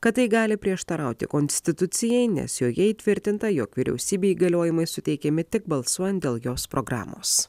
kad tai gali prieštarauti konstitucijai nes joje įtvirtinta jog vyriausybei įgaliojimai suteikiami tik balsuojant dėl jos programos